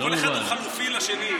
כל אחד הוא חלופי לשני.